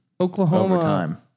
Oklahoma